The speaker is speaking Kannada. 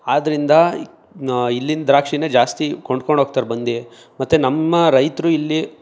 ಆದ್ರಿಂದ ಇಲ್ಲಿಯ ದ್ರಾಕ್ಷಿಯೇ ಜಾಸ್ತಿ ಕೊಂಡ್ಕೊಂಡು ಹೋಗ್ತಾರೆ ಬಂದು ಮತ್ತು ನಮ್ಮ ರೈತರು ಇಲ್ಲಿ